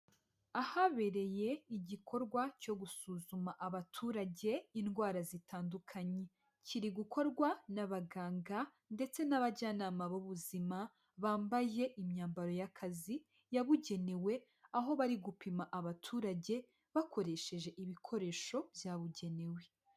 Ahabereye igikorwa cyo gusuzuma abaturage indwara zitandukanye, kiri gukorwa n'abaganga ndetse n'abajyanama b'ubuzima, bambaye imyambaro y'akazi yabugenewe aho bari gupima abaturage bakoresheje ibikoresho byabugenewe.